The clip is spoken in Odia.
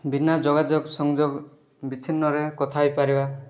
ବିନା ଯୋଗାଯୋଗ ସଂଯୋଗ ବିଛିନ୍ନରେ କଥା ହୋଇପାରିବା